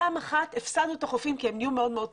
פעם אחת הפסדנו את החופים כי הם נהיו מאוד מאוד קצרים.